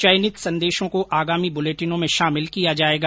चयनित संदेशों को आगामी बुलेटिनों में शामिल किया जाएगा